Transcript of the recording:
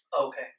Okay